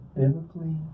biblically